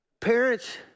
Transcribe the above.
Parents